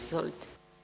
Izvolite.